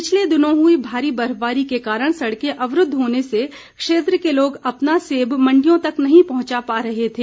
पिछले दिनो हुई भारी र्बफबारी के कारण सड़के अवरूद्द होने से क्षेत्र के लोग अपना सेब मण्डियों तक नहीं पहुंचा पा रहे थे